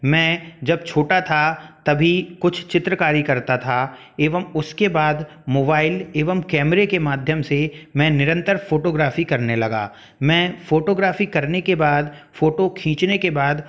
मैं जब छोटा था तभी कुछ चित्रकरी करता था एवं उसके बाद मोबाईल एवं कैमरे के माध्यम से मैं निरंतर फोटोग्राफी करने लगा मैं फोटोग्राफी करने के बाद फोटो खींचने के बाद